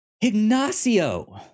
Ignacio